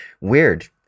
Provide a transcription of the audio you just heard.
Weird